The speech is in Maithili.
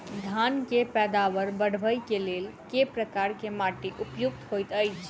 धान केँ पैदावार बढ़बई केँ लेल केँ प्रकार केँ माटि उपयुक्त होइत अछि?